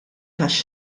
tax